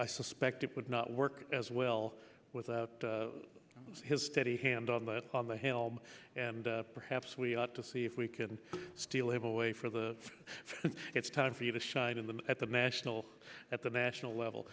i suspect it would not work as well with his steady hand on the on the hill and perhaps we ought to see if we can still have a way for the it's time for you to shine in them at the national at the national level